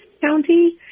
County